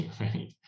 right